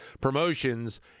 promotions